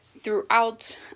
throughout